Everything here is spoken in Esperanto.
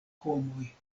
homoj